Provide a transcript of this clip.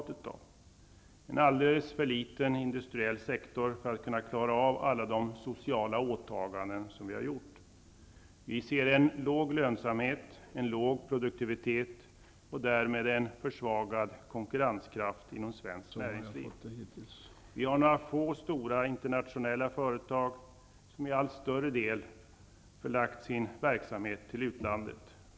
Det finns en alldeles för liten industriell sektor för att den skall kunna klara av alla de sociala åtaganden som vi har gjort. Vi ser en låg lönsamhet, en låg produktivitet och därmed en försvagad konkurrenskraft inom svenskt näringsliv. Vi har några få stora internationella företag som i allt större grad förlagt sin verksamhet till utlandet.